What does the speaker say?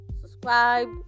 subscribe